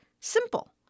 simple